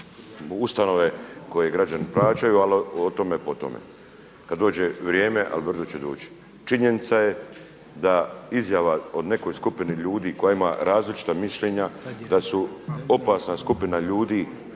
ustanove koje građani plaćaju ali o tome po tome. Kada dođe vrijeme a brzo će doći. Činjenica da izjava o nekoj skupini ljudi koja ima različita mišljenja da su opasna skupina ljudi,